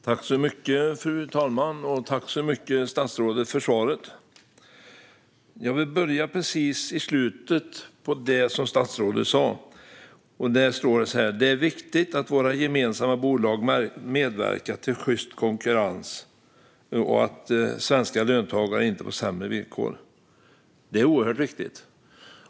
Fru talman! Tack så mycket, statsrådet, för svaret! Jag vill börja precis i slutet på det som statsrådet sa: Det är viktigt att våra gemensamma bolag medverkar till sjyst konkurrens och att svenska löntagare inte får sämre villkor. Det är oerhört viktigt.